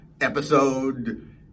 episode